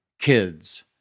kids